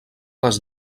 les